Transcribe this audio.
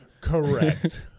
Correct